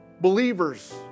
believers